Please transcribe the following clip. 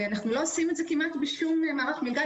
למרות שאנחנו לא עושים את זה כמעט בשום מערך מלגה,